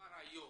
כבר היום